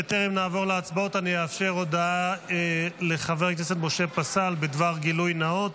בטרם נעבור להצבעות אני אאפשר הודעה לחבר הכנסת פסל בדבר גילוי נאות.